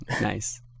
Nice